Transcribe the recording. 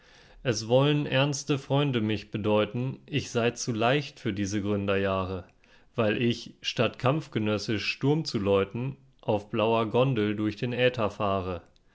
es wollen ernste freunde mich bedeuten ich sei zu leicht für diese gründerjahre weil ich statt kampfgenössisch sturm zu läuten auf blauer gondel durch den äther fahre